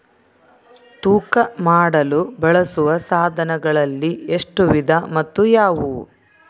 ತೂಕ ಮಾಡಲು ಬಳಸುವ ಸಾಧನಗಳಲ್ಲಿ ಎಷ್ಟು ವಿಧ ಮತ್ತು ಯಾವುವು?